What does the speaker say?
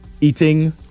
eating